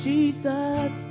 Jesus